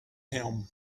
him